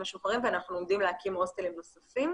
משוחררים ואנחנו עומדים להקים הוסטלים נוספים.